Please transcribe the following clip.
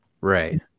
Right